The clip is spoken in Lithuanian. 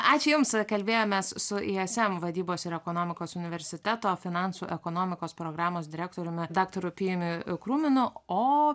ačiū jums kalbėjomės su ism vadybos ir ekonomikos universiteto finansų ekonomikos programos direktoriumi daktaru pijumi kruminu o